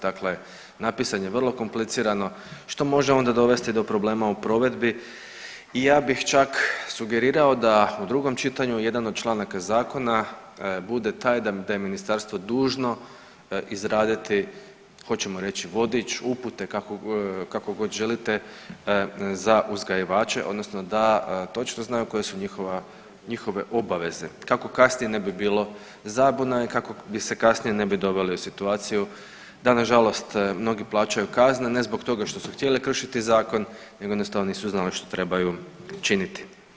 Dakle, napisan je vrlo komplicirano što može onda dovesti do problema u provedbi i ja bih čak sugerirao da u drugom čitanju jedan od članaka zakona bude taj da je ministarstvo dužno izraditi, hoćemo reći vodič, upute kako god želite za uzgajivače odnosno da točno znaju koje su njihova, njihove obaveze kako kasnije ne bi bilo zabune i kako se kasnije ne bi doveli u situaciju da nažalost mnogi plaćaju kazne ne zbog toga što su htjeli kršiti zakon nego jednostavno nisu znali što trebaju činiti.